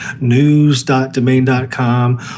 news.domain.com